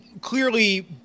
clearly